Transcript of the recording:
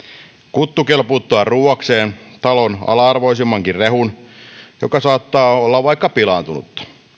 kuttu kelpuuttaa ruuakseen talon ala arvoisimmankin rehun joka saattaa olla vaikka pilaantunutta